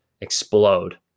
explode